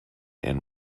and